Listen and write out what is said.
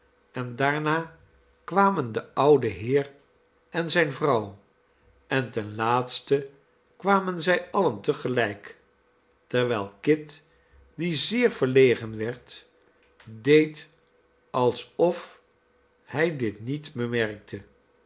en daarna kwamen de oude heer en zijne vrouw en ten laatste kwamen zij alien te gelijk terwijl kit die zeer verlegen werd deed alsof hij dit niet bemerkte